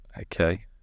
okay